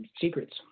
Secrets